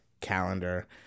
calendar